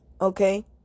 Okay